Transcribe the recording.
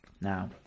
Now